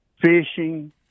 fishing